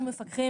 אנחנו מפקחים